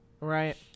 Right